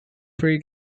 three